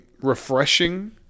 refreshing